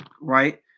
Right